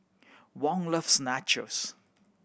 Wong loves Nachos